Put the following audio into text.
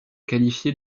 qualifiée